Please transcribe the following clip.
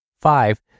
five